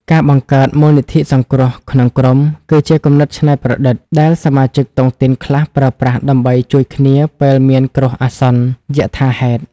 ការបង្កើត "មូលនិធិសង្គ្រោះក្នុងក្រុម" គឺជាគំនិតច្នៃប្រឌិតថ្មី ដែលសមាជិកតុងទីនខ្លះប្រើប្រាស់ដើម្បីជួយគ្នាពេលមានគ្រោះអាសន្នយថាហេតុ។